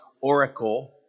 oracle